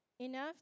Enough